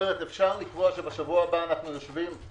אפשר לקבוע שבשבוע הבא אנחנו יושבים?